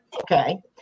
Okay